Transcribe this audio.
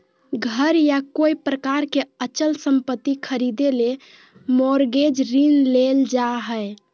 घर या कोय प्रकार के अचल संपत्ति खरीदे ले मॉरगेज ऋण लेल जा हय